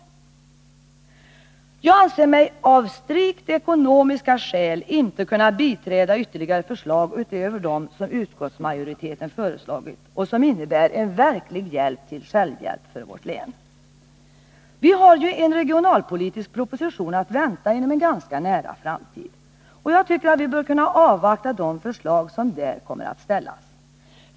Jag anser mig av strikt ekonomiska skäl inte kunna biträda några förslag utöver utskottsmajoritetens, vilka innebär en verklig hjälp till självhjälp för vårt län. Vi har ju en regionalpolitisk proposition att vänta inom en ganska nära framtid, och vi bör kunna avvakta de förslag som där kommer att framställas.